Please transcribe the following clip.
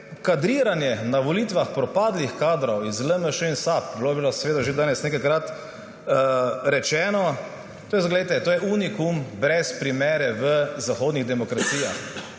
Kadriranje na volitvah propadlih kadrov iz LMŠ in SAB, bilo je seveda že danes nekajkrat rečeno, to je unikum brez primere v zahodnih demokracijah.